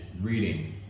reading